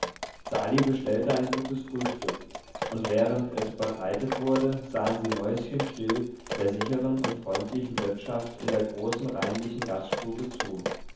sali bestellte ein gutes frühstück und während es bereitet wurde sahen sie mäuschenstill der sichern und freundlichen wirtschaft in der großen reinlichen gaststube zu